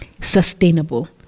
sustainable